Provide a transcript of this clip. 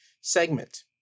segment